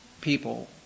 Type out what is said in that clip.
people